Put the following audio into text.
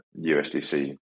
USDC